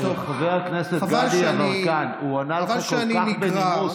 חבר הכנסת גדי יברקן, הוא ענה לך כל כך בנימוס.